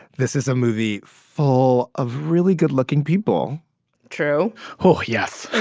this is a movie full of really good-looking people true oh, yes ah